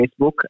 Facebook